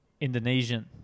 Indonesian